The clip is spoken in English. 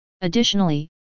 Additionally